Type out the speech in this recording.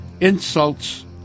insults